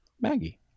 Maggie